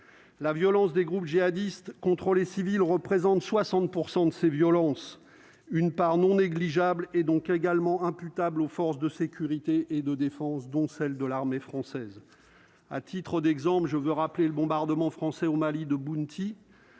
la violence des groupes jihadistes contre civils représentent 60 % de ces violences, une part non négligeable et donc également imputables aux forces de sécurité et de défense, dont celle de l'armée française à titre d'exemple, je veux rappeler le bombardement français au Mali de Bounty.